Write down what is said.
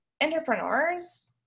entrepreneurs